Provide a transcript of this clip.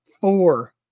four